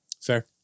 fair